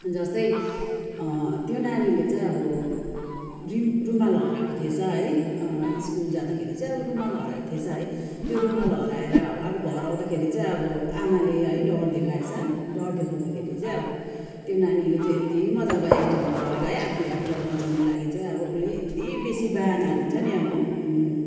जस्तै त्यो नानीले चाहिँ अब ड्रिम रुमाल हराएको थिएछ है स्कुल जाँदाखेरि चाहिँ अब रूमाल हराएको थिएछ है त्यो रुमाल हराएर अब घर आउँदाखेरि चाहिँ अब आमाले है डर देखाएछ डर देखाउँदाखेरि चाहिँ अब त्यो नानीले चाहिँ यति मजाको एक्टिङहरू गरेको है आफूले आफूलाई बचाउनु लागि चाहिँ अब उसले यति बेसी बहानाहरू हुन्छ नि अब